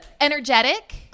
Energetic